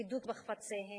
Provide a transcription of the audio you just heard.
בידוק בחפציהם,